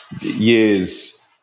years